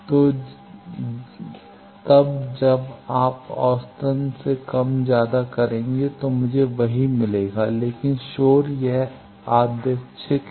तो तब जब आप औसतन कम या ज्यादा करेंगे तो मुझे वही मिलेगा लेकिन शोर यह यादृच्छिक है